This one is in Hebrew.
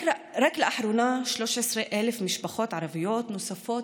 רק לאחרונה 13,000 משפחות ערביות נוספות